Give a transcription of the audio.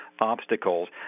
obstacles